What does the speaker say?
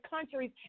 countries